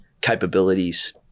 capabilities